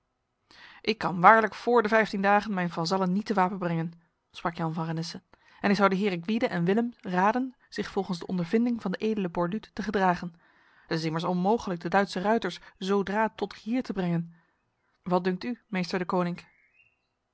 ik kan waarlijk vr de vijftien dagen mijn vazallen niet te wapen brengen sprak jan van renesse en ik zou de heren gwyde en willem raden zich volgens de ondervinding van de edele borluut te gedragen het is immers onmogelijk de duitse ruiters zo dra tot hier te brengen wat dunkt u meester deconinck